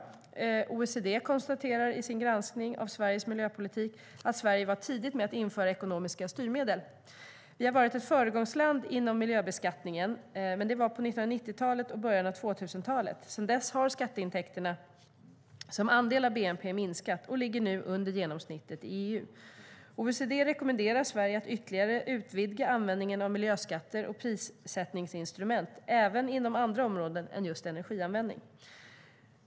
OECD konstaterar i sin granskning av Sveriges miljöpolitik att Sverige var tidigt med att införa ekonomiska styrmedel. Vi har varit ett föregångsland inom miljöbeskattningen. Men det var på 1990-talet och i början av 2000-talet. Sedan dess har skatteintäkterna som andel av bnp minskat och ligger nu under genomsnittet i EU. OECD rekommenderar Sverige att ytterligare utvidga användningen av miljöskatter och prissättningsinstrument, även inom andra områden än energianvändning.